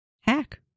hack